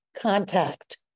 contact